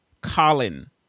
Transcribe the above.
Colin